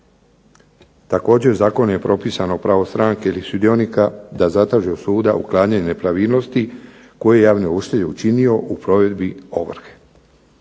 Također zakonom je propisano pravo stranke ili sudionika da zatraži od suda uklanjanje nepravilnosti koje je javni ovršitelj učinio u provedbi ovrhe.